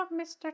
Mr